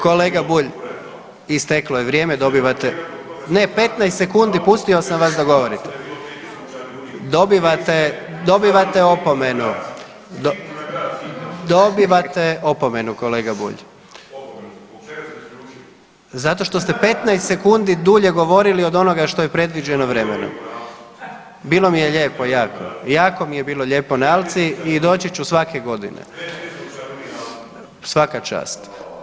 Kolega Bulj, isteklo je vrijeme, dobivate … [[Upadica iz klupe se ne razumije]] Ne, 15 sekundi pustio sam vas da govorite. … [[Upadica iz klupe se ne razumije]] Dobivate, dobivate opomenu… [[Upadica iz klupe se ne razumije]] dobivate opomenu kolega Bulj. … [[Upadica iz klupe se ne razumije]] Zato što ste 15 sekundi dulje govorili od onoga što je predviđeno vremenom. … [[Upadica iz klupe se ne razumije]] Bilo mi je lijepo jako, jako mi je bilo lijepo na Alci i doći ću svake godine. … [[Upadica iz klupe se ne razumije]] Svaka čast.